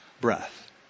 breath